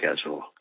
schedule